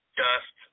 dust